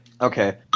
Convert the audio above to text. okay